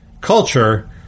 culture